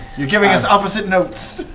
you're giving us opposite notes.